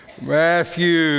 Matthew